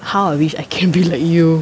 how I wish I can be like you